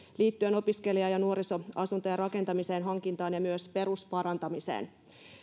liittyen opiskelija ja nuorisoasuntojen rakentamiseen hankintaan ja myös perusparantamiseen